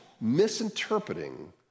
misinterpreting